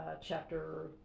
chapter